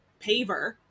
paver